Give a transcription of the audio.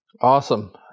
Awesome